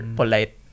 polite